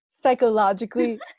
psychologically